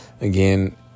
again